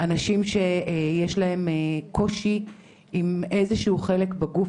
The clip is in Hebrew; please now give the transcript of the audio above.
אלו אנשים שיש להם קושי עם איזשהו חלק בגוף